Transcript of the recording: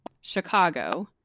Chicago